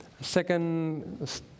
second